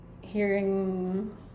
hearing